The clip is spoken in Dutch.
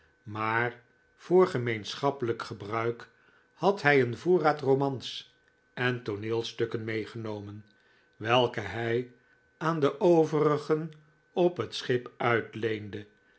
maar voor gemeenschappelijk gebruik had hij een voorraad romans en tooneelstukken meegenomen welke hij aan de overigen op het schip